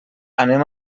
anem